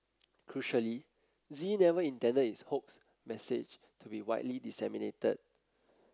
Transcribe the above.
crucially Z never intended his hoax message to be widely disseminated